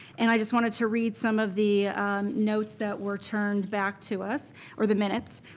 and i just wanted to read some of the notes that were turned back to us or the minutes.